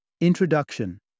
Introduction